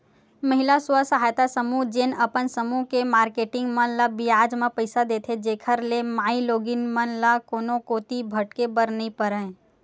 महिला स्व सहायता समूह जेन अपन समूह के मारकेटिंग मन ल बियाज म पइसा देथे, जेखर ले माईलोगिन मन ल कोनो कोती भटके बर नइ परय